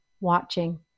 watching